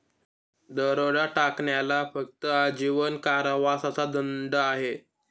दरोडा टाकण्याला फक्त आजीवन कारावासाचा दंड आहे